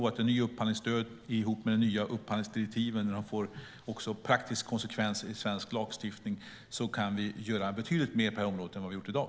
Ett nytt upphandlingsstöd ihop med att de nya upphandlingsdirektiven också får praktisk konsekvens i svensk lagstiftning leder till att vi kan göra betydligt mer på området än vi har gjort i dag.